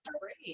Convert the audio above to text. great